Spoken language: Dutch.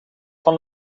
van